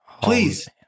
Please